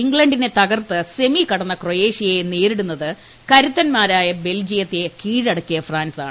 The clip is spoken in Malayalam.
ഇംഗ്ലണ്ടിനെ തകർത്ത് സെമി കടന്ന ക്രൊയേഷ്യയെ നേരിടുന്നത് കരുത്തൻമാരായ ബെൽജിയത്തെ കീഴടക്കിയ ഫ്രാൻസാണ്